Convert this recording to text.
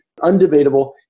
undebatable